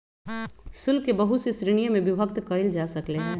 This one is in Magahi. शुल्क के बहुत सी श्रीणिय में विभक्त कइल जा सकले है